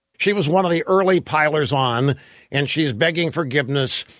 she was one of the early pilers on and she's begging forgiveness.